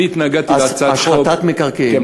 התנגדתי להצעת חוק, השחתת מקרקעין.